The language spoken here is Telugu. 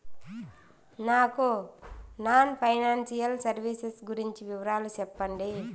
నాకు నాన్ ఫైనాన్సియల్ సర్వీసెస్ గురించి వివరాలు సెప్పండి?